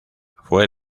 fue